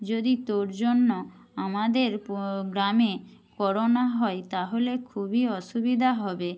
যদি তোর জন্য আমাদের গ্রামে করোনা হয় তাহলে খুবই অসুবিধা হবে